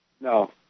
No